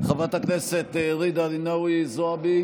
חברת הכנסת ג'ידא רינאוי זועבי